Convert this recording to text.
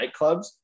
nightclubs